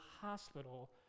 hospital